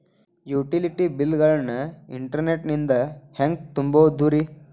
Utility bill ಗಳನ್ನ internet ನಿಂದ ಹೆಂಗ್ ತುಂಬೋದುರಿ?